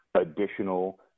additional